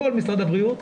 כל משרד הבריאות,